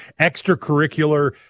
extracurricular